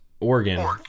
Oregon